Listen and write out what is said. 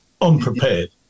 unprepared